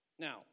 Now